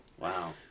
Wow